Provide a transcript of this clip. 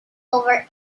over